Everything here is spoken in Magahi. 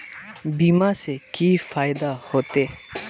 बीमा से की फायदा होते?